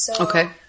Okay